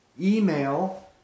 email